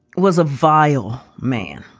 was a vile man.